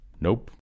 Nope